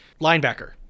Linebacker